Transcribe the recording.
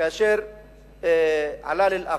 כאשר עלה לאל-אקצא,